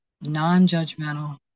non-judgmental